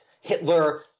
Hitler-